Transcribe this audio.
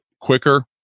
quicker